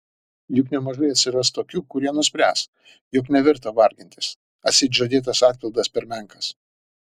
juk nemažai atsiras tokių kurie nuspręs jog neverta vargintis atseit žadėtas atpildas per menkas